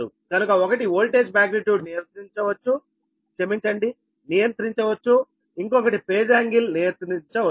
కనుక ఒకటి voltage magnitude నియంత్రించవచ్చు ఇంకొకటి ఫేజ్ యాంగిల్ నియంత్రించవచ్చు